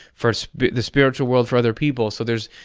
for the spiritual world, for other people, so there's.